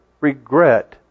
regret